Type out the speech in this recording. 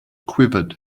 quivered